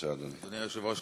אדוני היושב-ראש,